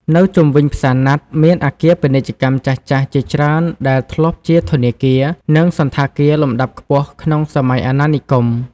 នៅជុំវិញផ្សារណាត់ មានអគារពាណិជ្ជកម្មចាស់ៗជាច្រើនដែលធ្លាប់ជាធនាគារ និងសណ្ឋាគារលំដាប់ខ្ពស់ក្នុងសម័យអាណានិគម។